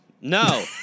No